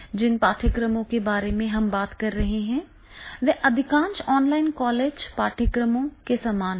जिन पाठ्यक्रमों के बारे में हम बात कर रहे हैं वे अधिकांश ऑनलाइन कॉलेज पाठ्यक्रमों के समान हैं